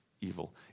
evil